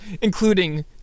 including